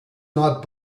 not